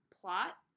plot